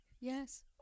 Yes